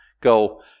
go